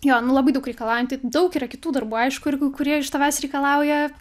jo nu labai daug reikalaujanti daug yra kitų darbų aišku ir ku kurie iš tavęs reikalauja